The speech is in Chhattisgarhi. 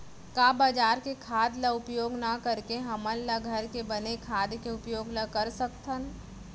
का बजार के खाद ला उपयोग न करके हमन ल घर के बने खाद के उपयोग ल कर सकथन?